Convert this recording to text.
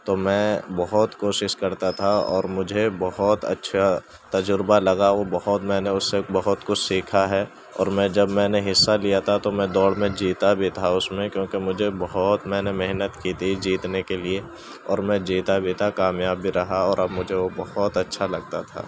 تو میں بہت کوشش کرتا تھا اور مجھے بہت اچھا تجربہ لگا وہ بہت میں نے اس سے بہت کچھ سیکھا ہے اور میں جب میں نے حصہ لیا تھا تو میں دوڑ میں جیتا بھی تھا اس میں کیونکہ مجھے بہت میں نے محنت کی تھی جیتنے کے لیے اور میں جیتا بھی تھا کامیاب بھی رہا اور اب مجھے وہ بہت اچھا لگتا تھا